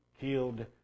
killed